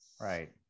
Right